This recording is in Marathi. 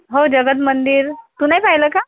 हो जगत मंदिर तू नाही पाहिलं का